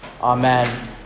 Amen